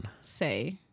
say